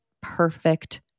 perfect